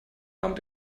abend